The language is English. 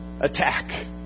attack